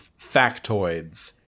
factoids